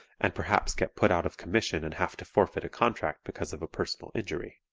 and perhaps get put out of commission and have to forfeit a contract because of a personal injury.